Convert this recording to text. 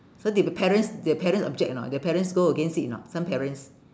so did the parents the parents object or not the parents go against it or not some parents